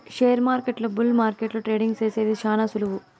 షేర్మార్కెట్ల బుల్ మార్కెట్ల ట్రేడింగ్ సేసేది శాన సులువు